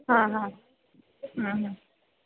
हां हां